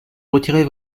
retirer